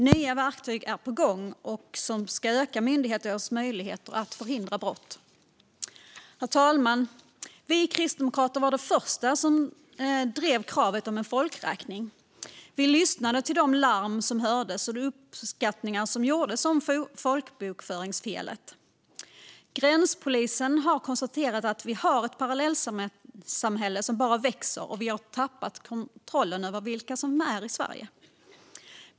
Nya verktyg är på gång som ska öka myndigheternas möjligheter att förhindra brott. Herr talman! Vi kristdemokrater var de första som drev kravet om en folkräkning. Vi lyssnade till de larm som hördes och de uppskattningar som gjordes om folkbokföringsfelet. Gränspolisen har konstaterat att vi har ett parallellsamhälle som bara växer och att vi har tappat kontrollen över vilka som är i Sverige.